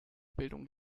bildung